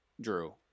drew